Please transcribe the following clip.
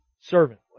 servant